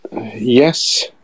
yes